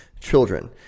children